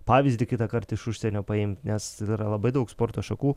pavyzdį kitąkart iš užsienio paimt nes yra labai daug sporto šakų